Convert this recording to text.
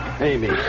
Amy